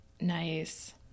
Nice